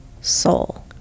soul